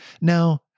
Now